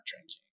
drinking